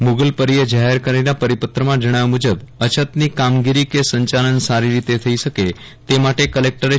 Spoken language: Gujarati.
મુગલપરીએ જાહેર કરેલા પરિપત્રમાં જણાવ્યા મુજબ અછતની કામગીરી કે સંચાલન સારી રીતે થઈ શકે તે માટે કલેકટરે તા